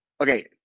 okay